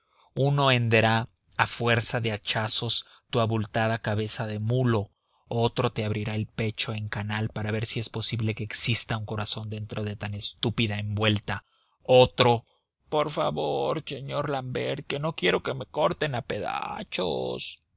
uno henderá a fuerza de hachazos tu abultada cabeza de mulo otro te abrirá el pecho en canal para ver si es posible que exista un corazón dentro de tan estúpida envuelta otro por favor señor l'ambert que no quiero que me corten a pedazos